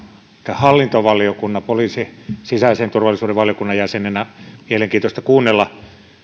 hallintovaliokunnan poliisitoimen ja sisäisen turvallisuuden valiokunnan jäsenenä on mielenkiintoista kuunnella